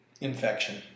infection